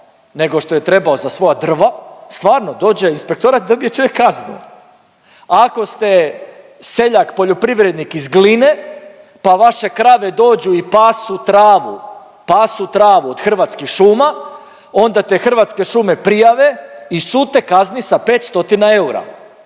nego što je trebao za svoja drva, stvarno dođe inspektorat i dobije čovjek kaznu. Ako ste seljak, poljoprivrednik iz Gline pa vaše krave dođu i pasu travu, pasu travu od Hrvatskih šuma, onda te Hrvatske šume prijave i sud te kazni sa 5